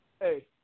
hey